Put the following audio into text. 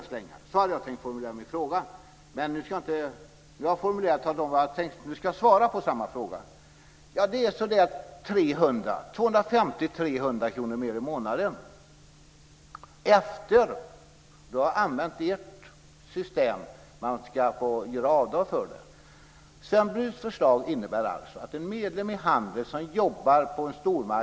Så hade jag tänkt formulera min fråga, men nu ska jag svara på samma fråga. Ja, det är så där 250-300 kr mer i månaden efter - och då har jag använt ert system - att ha fått göra avdrag för den.